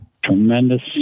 Tremendous